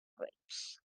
grapes